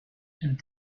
and